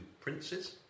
princes